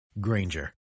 Granger